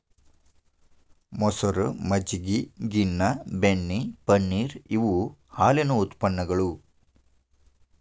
ಮಸರ, ಮಜ್ಜಗಿ, ಗಿನ್ನಾ, ಬೆಣ್ಣಿ, ಪನ್ನೇರ ಇವ ಹಾಲಿನ ಉತ್ಪನ್ನಗಳು